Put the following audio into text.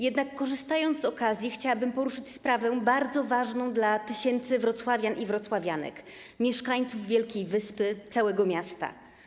Jednak korzystając z okazji, chciałabym poruszyć sprawę bardzo ważną dla tysięcy wrocławian i wrocławianek, mieszkańców Wielkiej Wyspy i całego miasta.